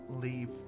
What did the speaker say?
leave